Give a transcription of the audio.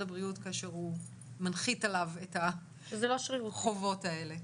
הבריאות כאשר הוא מנחית עליו את החובות האלה.